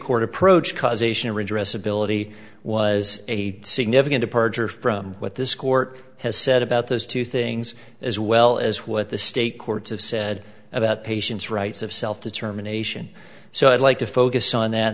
court approach causation redress ability was a significant a perjurer from what this court has said about those two things as well as what the state courts have said about patients rights of self determination so i'd like to focus on that